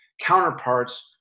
counterparts